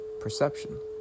Perception